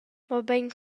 mobein